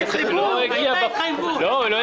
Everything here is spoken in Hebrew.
הכסף לא הגיע בפועל.